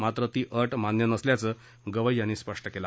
मात्र ती अट मान्य नसल्याचं गवई यांनी सांगितलं